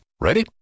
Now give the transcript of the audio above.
Ready